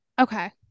okay